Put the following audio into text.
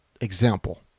example